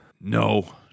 No